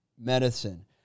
medicine